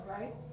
right